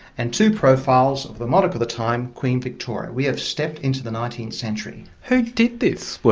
and two profiles of the monarch of the time, queen victoria. we have stepped into the nineteenth century. who did this work?